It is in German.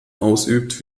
ausübt